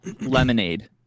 lemonade